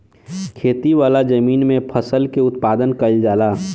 खेती वाला जमीन में फसल के उत्पादन कईल जाला